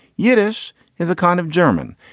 yiddish is a kind of german.